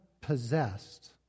possessed